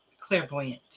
clairvoyant